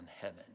heaven